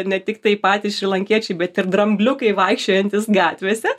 ne tiktai patys šrilankiečiai bet ir drambliukai vaikščiojantys gatvėse